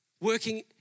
working